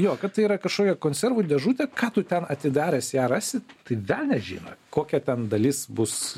jo kad tai yra kažkokia konservų dėžutė ką tu ten atidaręs ją rasi tai velnias žino kokia ten dalis bus